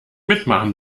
mitmachen